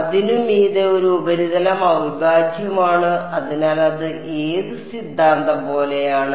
അതിനു മീതെ ഒരു ഉപരിതലം അവിഭാജ്യമാണ് അതിനാൽ അത് ഏത് സിദ്ധാന്തം പോലെയാണ്